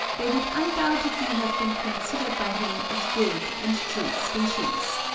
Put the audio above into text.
they would undoubtedly have been considered by him as good and true species.